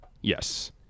Yes